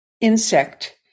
insect